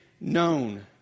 known